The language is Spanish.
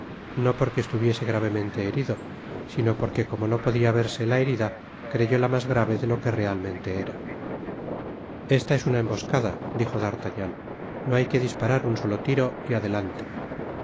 no porque estuviese gravemente herido sino porque como no podia versela herida creyóla mas grave de lo que realmente era esta es una emboscada dijo dartagnan no hay que disparar un solo tiro y adelante